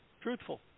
truthful